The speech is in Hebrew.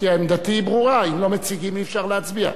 כי עמדתי ברורה: אם לא מציגים, אי-אפשר להצביע.